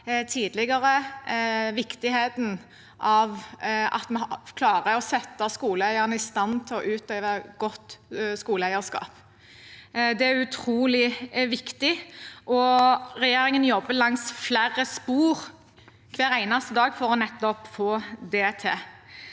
viktigheten av at vi klarer å sette skoleeierne i stand til å utøve godt skoleeierskap. Det er utrolig viktig, og regjeringen jobber langs flere spor hver eneste dag for nettopp å få det til.